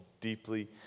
deeply